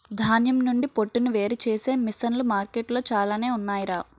ధాన్యం నుండి పొట్టును వేరుచేసే మిసన్లు మార్కెట్లో చాలానే ఉన్నాయ్ రా